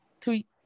tweet